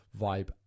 vibe